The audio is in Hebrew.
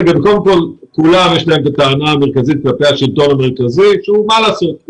לכולם יש את הטענה המרכזית כלפי השלטון המרכזי שמה לעשות,